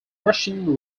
russian